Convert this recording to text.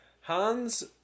Hans